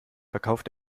verkauft